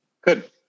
Good